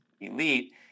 elite